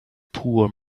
pure